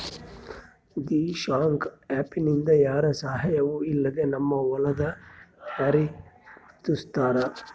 Dishank app ನಿಂದ ಯಾರ ಸಹಾಯವೂ ಇಲ್ಲದೆ ನಮ್ಮ ಹೊಲದ ಮ್ಯಾರೆ ಗುರುತಿಸ್ತಾರ